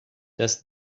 does